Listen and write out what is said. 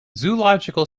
zoological